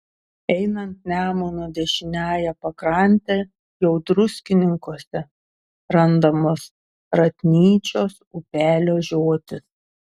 einant nemuno dešiniąja pakrante jau druskininkuose randamos ratnyčios upelio žiotys